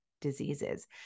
diseases